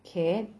okay